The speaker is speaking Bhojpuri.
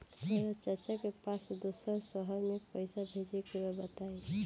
हमरा चाचा के पास दोसरा शहर में पईसा भेजे के बा बताई?